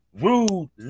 Rude